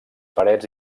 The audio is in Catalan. parets